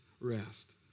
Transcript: rest